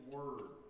Word